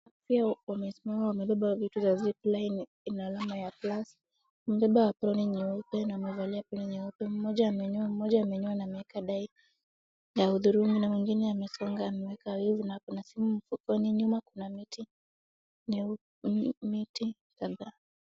Pia wamesimama wamebeba vitu za {cs} ziplining {cs} ina alama ya plus. Wamebeba {cs} apron {cs} nyeupe na wamevalia pia nyeupe. Mmoja amenyoa, mmoja amenyoa na ameweka {cs} dye {cs} ya hudhurungi na mwingine amesonga ameweka {cs} wig {cs} na akona simu mfukoni. Nyuma kuna miti.